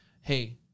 hey